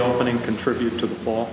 opening contribute to the ball